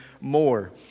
more